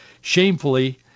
shamefully